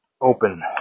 open